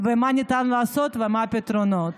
ומה ניתן לעשות ומהם הפתרונות.